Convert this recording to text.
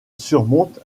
surmonte